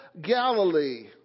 Galilee